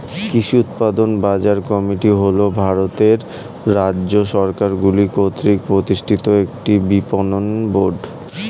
কৃষি উৎপাদন বাজার কমিটি হল ভারতের রাজ্য সরকারগুলি কর্তৃক প্রতিষ্ঠিত একটি বিপণন বোর্ড